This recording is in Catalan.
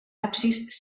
absis